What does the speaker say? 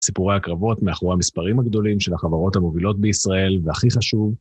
סיפורי הקרבות מאחורי המספרים הגדולים של החברות המובילות בישראל, והכי חשוב...